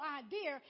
idea